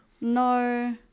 No